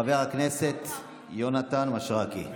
חבר הכנסת יונתן מישרקי,